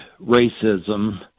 racism